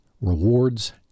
rewards